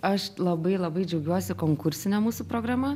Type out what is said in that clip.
aš labai labai džiaugiuosi konkursine mūsų programa